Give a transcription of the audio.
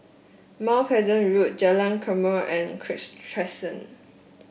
Mount Pleasant Road Jalan Lakum and Kirk Terrace